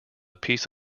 piece